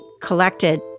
collected